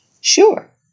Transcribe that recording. Sure